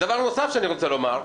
דבר נוסף שאני רוצה לומר,